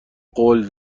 قول